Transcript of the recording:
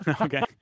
Okay